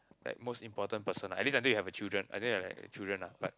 like most important person ah at least until you have a children until you have like children lah but